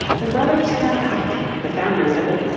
the brothers van eyck, the founders of it,